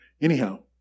Anyhow